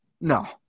no